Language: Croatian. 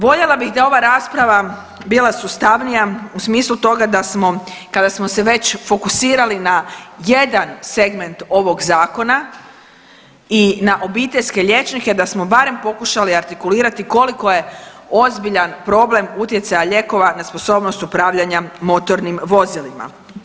Voljela bih da je ova rasprava bila sustavnija u smislu toga da smo kada smo se već fokusirali na jedan segment ovog zakona i na obiteljske liječnike da smo barem pokušali artikulirati koliko je ozbiljan problem utjecaja lijekova na sposobnost upravljanja motornim vozilima.